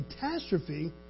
catastrophe